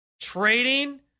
trading